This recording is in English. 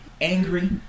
angry